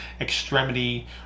extremity